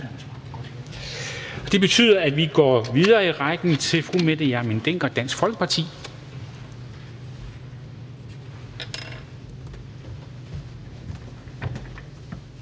Det betyder, at vi går videre i rækken til fru Mette Hjermind Dencker, Dansk Folkeparti.